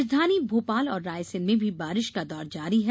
राजधानी भोपाल और रायसेन में भी बारिश का दौर जारी है